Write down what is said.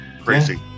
Crazy